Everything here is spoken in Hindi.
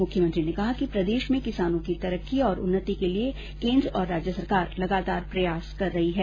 मुख्यमंत्री ने कहा कि प्रदेश में किसानों की तरक्की और उन्नति के लिए राज्य सरकार लगातार प्रयास कर रही है